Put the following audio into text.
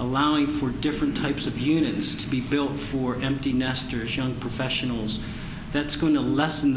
allowing for different types of units to be built for empty nesters young professionals that's going to lessen